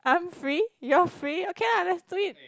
I'm free you're free okay lah let's do it